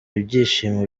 ibyishimo